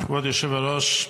כבוד היושב-ראש,